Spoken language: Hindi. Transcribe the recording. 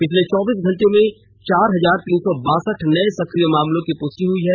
पिछले चौबीस घंटों में चार हजार तीन सौ बासठ नये सक्रिय मामलों की पुष्टि हुई है